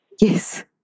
Yes